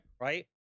Right